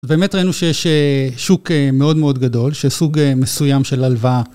באמת ראינו שיש שוק מאוד מאוד גדול, שסוג מסוים של הלוואה.